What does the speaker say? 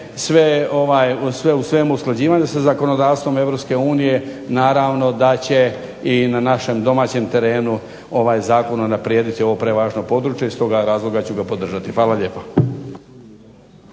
sve u svemu usklađivanje sa zakonodavstvom Europske unije naravno da će i na našem domaćem terenu ovaj zakon unaprijediti ovo prevažno područje, i iz toga razloga ću ga podržati. Hvala lijepa.